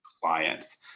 clients